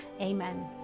amen